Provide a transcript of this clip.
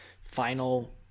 final